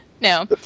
No